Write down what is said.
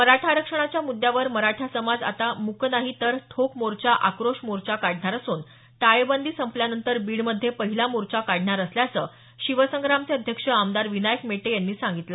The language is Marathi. मराठा आरक्षणाच्या मुद्यावर मराठा समाज आता मूक नाही तर ठोक मोर्चा आक्रोश मोर्चा काढणार असून टाळेबंदी संपल्यानंतर बीडमध्ये पहिला मोर्चा काढणार असल्याचं शिवसंग्रामचे अध्यक्ष आमदार विनायक मेटे यांनी सांगितलं